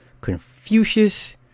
Confucius